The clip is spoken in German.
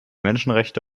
menschenrechte